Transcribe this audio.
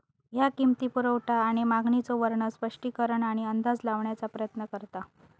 ह्या किंमती, पुरवठा आणि मागणीचो वर्णन, स्पष्टीकरण आणि अंदाज लावण्याचा प्रयत्न करता